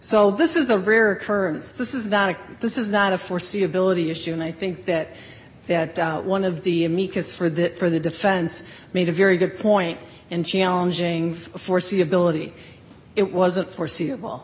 so this is a rare occurrence this is not a this is not a foreseeability issue and i think that one of the amicus for the for the defense made a very good point and challenging foreseeability it wasn't foreseeable